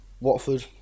Watford